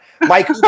Mike